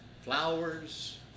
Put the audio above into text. flowers